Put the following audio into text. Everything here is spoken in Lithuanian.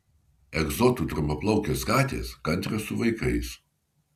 egzotų trumpaplaukės katės kantrios su vaikais